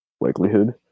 likelihood